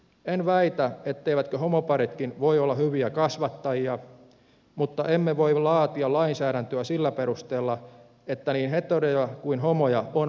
en väitä etteivätkö homoparitkin voi olla hyviä kasvattajia mutta emme voi laatia lainsäädäntöä sillä perusteella että niin heteroja kuin homoja on monenlaisia